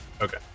Okay